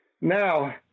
now